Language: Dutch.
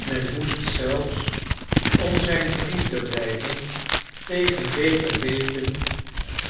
men moest zelfs om zijn vriend te blijven tegen beter weten